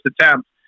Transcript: attempt